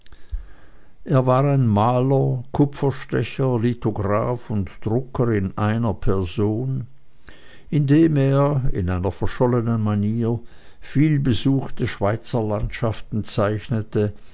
er war ein maler kupferstecher lithograph und drucker in einer person indem er in einer verschollenen manier vielbesuchte schweizerlandschaften zeichnete